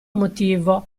motivo